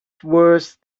worse